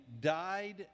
died